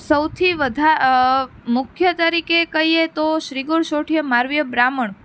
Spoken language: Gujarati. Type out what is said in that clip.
સૌથી વધા મુખ્ય તરીકે કહીએ તો શ્રીગુણસોઠિયો મારવીય બ્રાહ્મણ